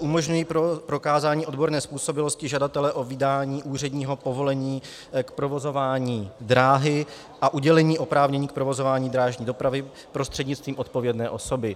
umožňuji prokázání odborné způsobilosti žadatele o vydání úředního povolení k provozování dráhy a udělení oprávnění k provozování drážní dopravy prostřednictvím odpovědné osoby.